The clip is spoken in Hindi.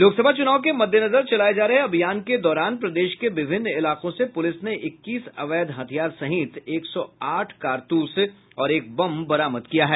लोकसभा चुनाव के मद्देनजर चलाये जा रहे अभियान के दौरान प्रदेश के विभिन्न इलाकों से पुलिस ने इक्कीस अवैध हथियार सहित एक सौ आठ कारतूस और एक बम बरामद किया है